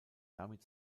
damit